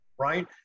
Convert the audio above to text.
right